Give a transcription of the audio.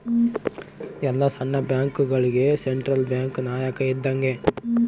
ಎಲ್ಲ ಸಣ್ಣ ಬ್ಯಾಂಕ್ಗಳುಗೆ ಸೆಂಟ್ರಲ್ ಬ್ಯಾಂಕ್ ನಾಯಕ ಇದ್ದಂಗೆ